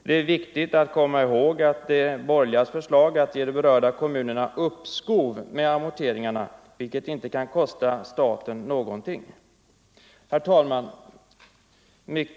Det är viktigt att komma ihåg att de borgerligas förslag att ge de berörda kommunerna uppskov med amorteringarna inte kan kosta staten någonting. Herr talman!